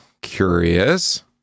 Curious